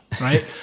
right